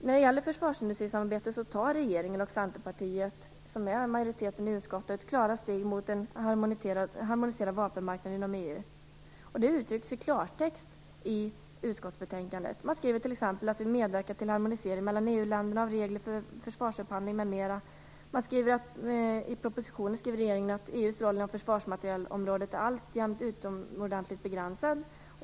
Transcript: När det gäller försvarsindustrisamarbete tar regeringen och Centerpartiet, dvs. majoriteten i utskottet, klara steg mot en harmoniserad vapenmarknad inom EU. Det uttrycks i klartext i utskottsbetänkandet. Man skriver t.ex.:" - att vi medverkar till harmonisering mellan EU propositionen skriver regeringen: "EU:s roll inom försvarsmaterielområdet är alltjämt utomordentligt begränsad.